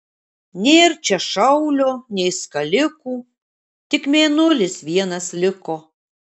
nėr čia šaulio nei skalikų tik mėnulis vienas liko